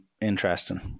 interesting